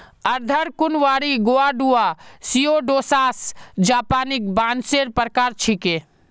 अर्धकुंवारी Guadua Pseudosasa japonica बांसेर प्रकार छिके